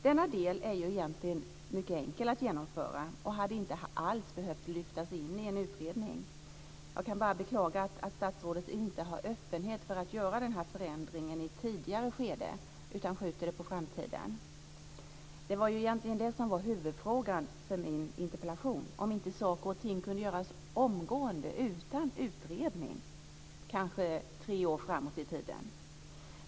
Denna del är egentligen mycket enkel att genomföra och hade inte alls behövt lyftas in i en utredning. Jag kan bara beklaga att statsrådet inte är öppen för att göra denna förändring i ett tidigare skede utan skjuter det på framtiden. Egentligen var ju huvudfrågan i min interpellation om inte saker och ting kunde göras omgående utan utredning, kanske tre år framåt i tiden.